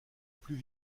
plus